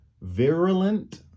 virulent